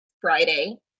Friday